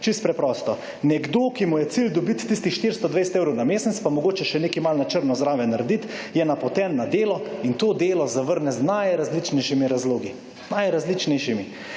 Čisto preprosto. Nekdo, ki mu je cilj dobiti tistih 420 evrov na mesec, pa mogoče še nekaj malo na črno zraven narediti, je napoten na delo in to delo zavrne z najrazličnejšimi razlogi. Najrazličnejšimi.